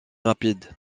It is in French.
rapide